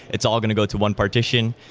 it's all going to go to one partition.